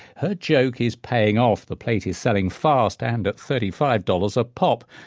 her joke is paying off the plate is selling fast and at thirty five dollars a pop.